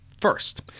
First